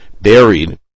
buried